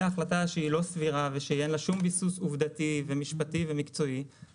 החלטה שהיא לא סבירה ושאין לה שום ביסוס עובדתי ומשפטי ומקצועי,